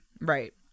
Right